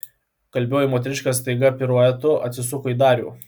kalbioji moteriškė staiga piruetu atsisuko į darių